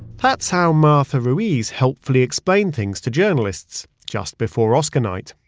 that's how martha ruiz helpfully explained things to journalists. just before oscar night,